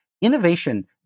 innovation